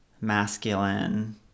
masculine